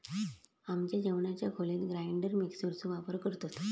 आमच्या जेवणाच्या खोलीत ग्राइंडर मिक्सर चो वापर करतत